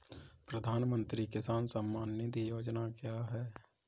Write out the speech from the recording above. प्रधानमंत्री किसान सम्मान निधि योजना क्या है?